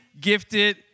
gifted